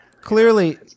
Clearly